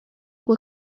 ngo